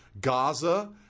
Gaza